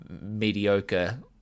mediocre